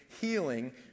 healing